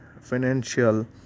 financial